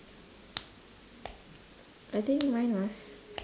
I think mine was